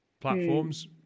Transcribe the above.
platforms